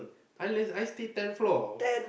unless I stay ten floor